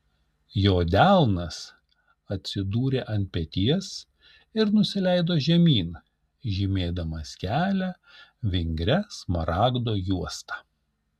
jo delnas atsidūrė ant peties ir nusileido žemyn žymėdamas kelią vingria smaragdo juosta